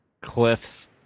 Cliff's